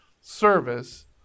service